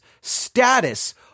status